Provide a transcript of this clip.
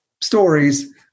stories